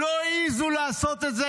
לא העזו לעשות את זה,